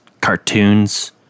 cartoons